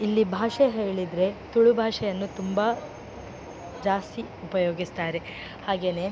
ಇಲ್ಲಿ ಭಾಷೆ ಹೇಳಿದರೆ ತುಳು ಭಾಷೆಯನ್ನು ತುಂಬ ಜಾಸ್ತಿ ಉಪಯೋಗಿಸ್ತಾರೆ ಹಾಗೆಯೇ